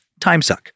timesuck